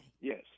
Yes